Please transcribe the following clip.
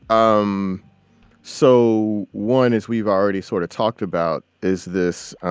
um so one is we've already sort of talked about is this